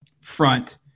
front